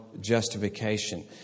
justification